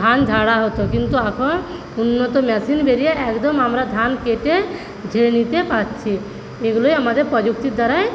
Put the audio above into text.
ধান ঝাড়া হত কিন্তু এখন উন্নত মেশিন বেরিয়ে একদম আমরা ধান কেটে ঝেড়ে নিতে পারছি এগুলোই আমাদের প্রযুক্তির দ্বারা